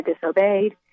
disobeyed